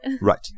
Right